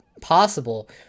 possible